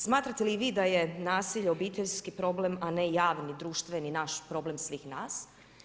Smatrate li i vi da je nasilje obiteljski problem a ne javni, društveni, naš problem svih nas?